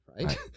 Right